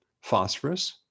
phosphorus